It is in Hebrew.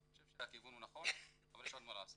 אני חושב שהכיוון נכון אבל יש עוד מה לעשות.